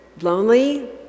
lonely